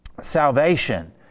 salvation